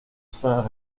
saint